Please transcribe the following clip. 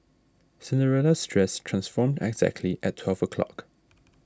Cinderella's dress transformed exactly at twelve o'clock